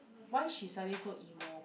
why she suddenly so emo